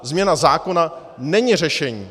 Změna zákona není řešení.